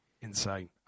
Insane